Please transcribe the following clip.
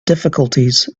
difficulties